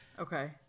Okay